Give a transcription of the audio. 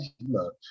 look